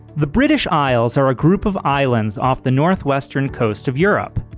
the british isles are a group of islands off the northwestern coast of europe.